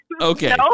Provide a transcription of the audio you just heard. Okay